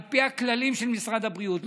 על פי הכללים של משרד הבריאות.